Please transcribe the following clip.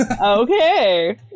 Okay